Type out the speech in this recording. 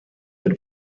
but